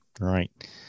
Right